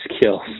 skills